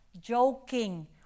joking